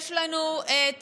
יש לנו את